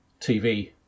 TV